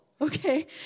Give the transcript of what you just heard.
Okay